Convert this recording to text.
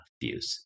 views